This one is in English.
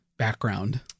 background